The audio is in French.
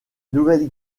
nouvelle